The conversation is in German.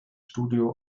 studio